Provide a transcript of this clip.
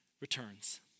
returns